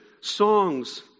songs